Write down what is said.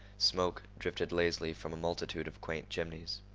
smoke drifted lazily from a multitude of quaint chimneys.